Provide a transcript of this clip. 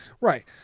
Right